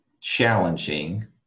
challenging